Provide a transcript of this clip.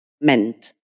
meant